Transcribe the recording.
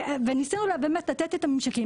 ניסינו באמת לתת את הממשקים.